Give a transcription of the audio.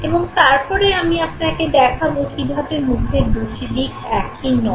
এবং তারপরে আমি আপনাকে দেখাব কীভাবে মুখের দুটি দিক একই নয়